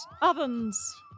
ovens